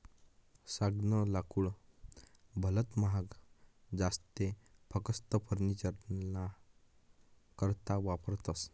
सागनं लाकूड भलत महाग जास ते फकस्त फर्निचरना करता वापरतस